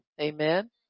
amen